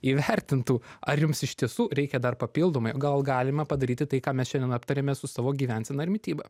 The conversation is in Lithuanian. įvertintų ar jums iš tiesų reikia dar papildomai gal galima padaryti tai ką mes šiandien aptarėme su savo gyvensena ir mityba